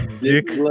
Dick